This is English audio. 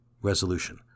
Resolution